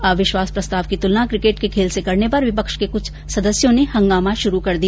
अविश्वास प्रस्ताव की तुलना किकेट के खेल से करने पर विपक्ष के कुछ सदस्यों ने हंगामा शुरू कर दिया